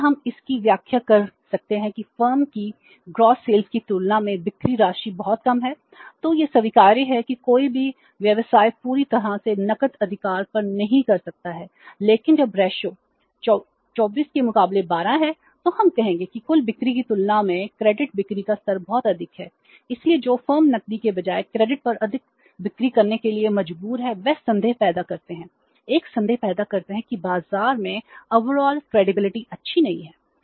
इसलिए हम इसकी व्याख्या कर सकते हैं कि फर्म की सकल बिक्री अच्छी नहीं है